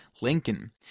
Lincoln